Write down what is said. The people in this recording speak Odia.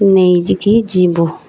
ନେଇକିି ଯିବୁ